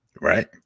Right